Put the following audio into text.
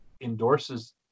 endorses